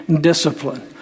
discipline